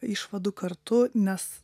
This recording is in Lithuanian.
išvadų kartu nes